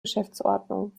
geschäftsordnung